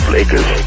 Lakers